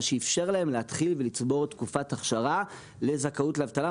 מה שאיפשר להם להתחיל לצבור תקופת אכשרה לזכאות לאבטלה,